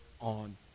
on